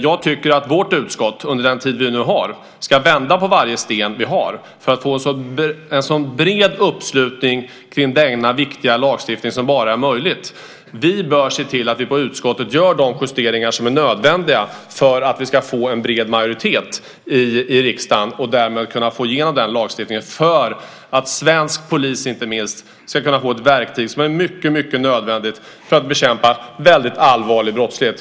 Jag tycker att vårt utskott under den tid vi har ska vända på varje sten för att få en så bred uppslutning som möjligt kring denna viktiga lagstiftning. Vi bör se till att vi i utskottet gör de justeringar som är nödvändiga för att vi ska få en bred majoritet i riksdagen och därmed kunna få igenom den lagstiftningen för att svensk polis ska kunna få ett verktyg som är nödvändigt för att bekämpa väldigt allvarlig brottslighet.